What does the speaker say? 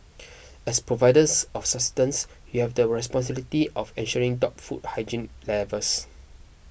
as providers of sustenance you have the responsibility of ensuring top food hygiene levels